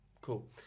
Cool